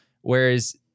Whereas